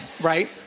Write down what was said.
Right